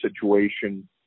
situation